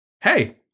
hey